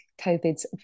COVID's